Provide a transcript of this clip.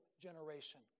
generation